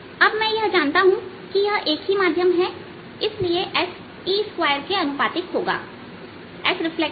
अब मैं यह जानता हूं कि यह एक ही माध्यम में हैइसलिए SE2 के अनुपातिक होगा SreflectedSincident होगा